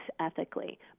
ethically